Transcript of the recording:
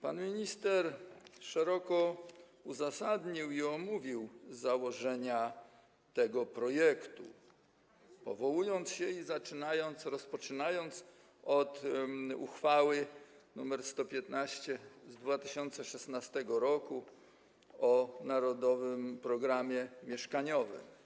Pan minister szeroko uzasadnił i omówił założenia tego projektu, powołując się... rozpoczynając od uchwały nr 115 z 2016 r. o „Narodowym programie mieszkaniowym”